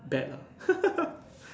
bad lah